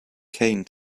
kane